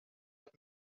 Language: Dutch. het